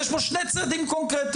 יש פה שני צדדים קונקרטיים.